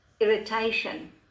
irritation